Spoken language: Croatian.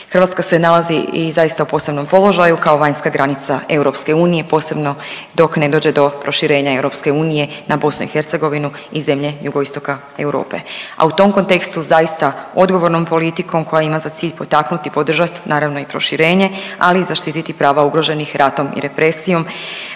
Hrvatska se nalazi i zaista je u posebnom položaju kao vanjska granica EU posebno dok ne dođe do proširenja EU na BiH i zemlje jugoistoka Europe, a u tom kontekstu zaista odgovornom politikom koja ima za cilj potaknuti i podržat naravno i proširenje, ali i zaštiti prava ugroženih ratom i represijom